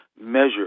measure